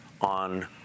on